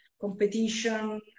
competition